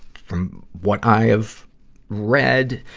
from what i have read,